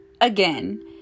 again